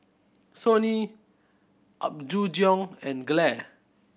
Sony Apgujeong and Gelare